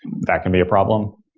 that can be a problem.